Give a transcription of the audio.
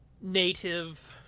Native